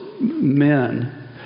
men